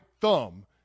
thumb